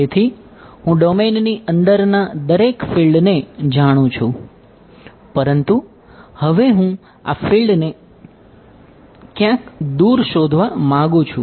તેથી હું ડોમેનની અંદરના દરેક ફિલ્ડને જાણું છું પરંતુ હવે હું આ ફિલ્ડને ક્યાંક દૂર શોધવા માંગું છું